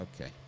Okay